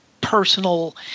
personal